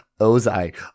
Ozai